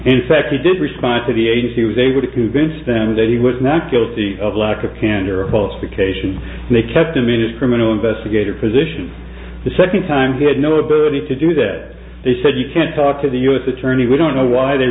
attorney in fact he did respond to the agency was able to convince them that he was not guilty of lack of candor a qualification they kept him in his criminal investigator position the second time he had no ability to do that he said you can't talk to the u s attorney we don't know why they